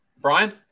Brian